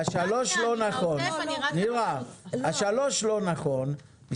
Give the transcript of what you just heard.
השאלה השלישית לא נכונה.